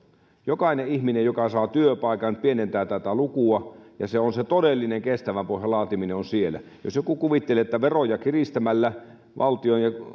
jokainen ihminen joka saa työpaikan pienentää tätä lukua ja se todellinen kestävän pohjan laatiminen on siellä jos joku kuvittelee että veroja kiristämällä valtiolle